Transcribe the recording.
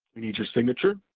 need your signature,